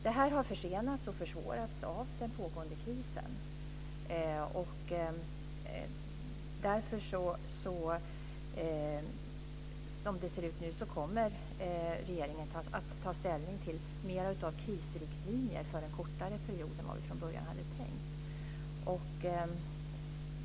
Det här har försenats och försvårats av den pågående krisen. Som det ser ut nu kommer regeringen att ta ställning till mer av krisriktlinjer för en kortare period än vad vi från början hade tänkt.